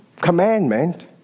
commandment